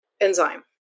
enzyme